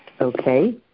Okay